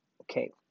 Okay